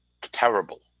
terrible